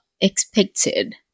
expected